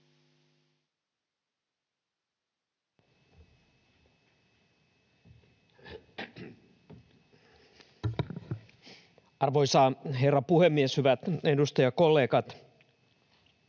Arvoisa herra puhemies! Hyvät edustajakollegat!